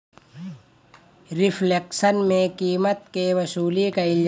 reflection में कीमत के वसूली कईल जाला